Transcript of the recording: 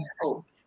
hope